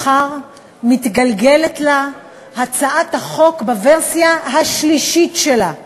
מחר מתגלגלת לה הצעת החוק בוורסיה השלישית שלה.